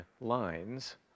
lines